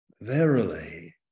Verily